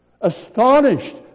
Astonished